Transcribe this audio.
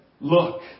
look